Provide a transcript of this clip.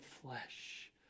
flesh